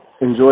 Enjoy